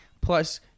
plus